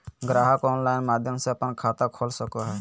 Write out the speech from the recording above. ग्राहक ऑनलाइन माध्यम से अपन खाता खोल सको हइ